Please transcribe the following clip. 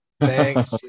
Thanks